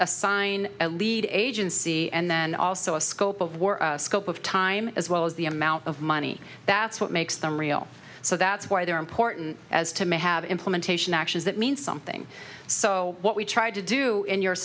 assign a lead agency and then also a scope of work scope of time as well as the amount of money that's what makes them real so that's why they're important as to may have implementation actions that mean something so what we tried to do in you